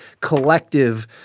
collective